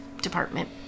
department